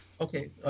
Okay